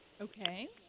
Okay